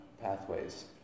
pathways